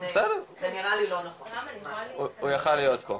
הוא יכל להיות פה.